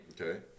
Okay